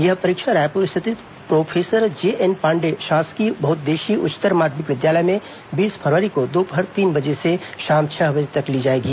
यह परीक्षा रायपुर स्थित प्रोफेसर जे एन पांडेय शासकीय बहउद्देशीय उच्चतर माध्यमिक विद्यालय में बीस फरवरी को दोपहर तीन बजे से शाम छह बजे तक ली जाएगी